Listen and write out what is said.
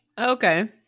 Okay